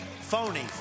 phony